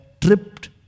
tripped